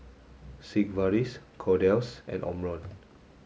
Sigvaris Kordel's and Omron